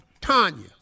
Tanya